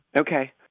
Okay